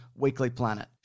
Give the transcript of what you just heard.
weeklyplanet